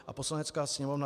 A Poslanecká sněmovna